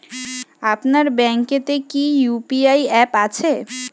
আপনার ব্যাঙ্ক এ তে কি ইউ.পি.আই অ্যাপ আছে?